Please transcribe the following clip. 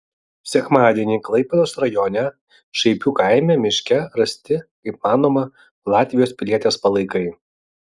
sekmadienį klaipėdos rajone šaipių kaime miške rasti kaip manoma latvijos pilietės palaikai